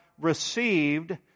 received